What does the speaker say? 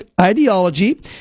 ideology